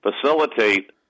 facilitate